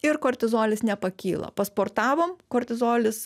ir kortizolis nepakyla pasportavom kortizolis